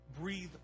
breathe